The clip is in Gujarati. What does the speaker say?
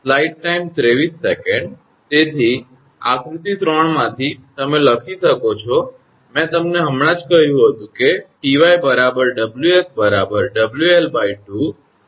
તેથી આકૃતિ 3 માંથી તમે લખી શકો છો મેં તમને હમણાં જ કહ્યું હતું કે 𝑇𝑦 𝑊𝑠 𝑊𝑙2